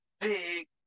big